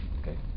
Okay